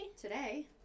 today